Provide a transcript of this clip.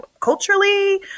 culturally